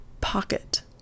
pocket